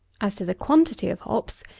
as to the quantity of hops,